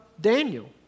Daniel